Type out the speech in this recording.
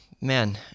Man